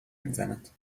میزند